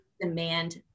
demand